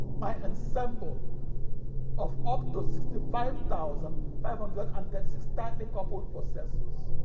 my ensemble of up to sixty five thousand five hundred and thirty six tightly-coupled processors.